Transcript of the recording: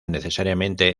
necesariamente